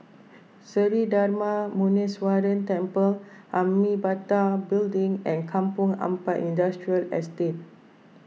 Sri Darma Muneeswaran Temple Amitabha Building and Kampong Ampat Industrial Estate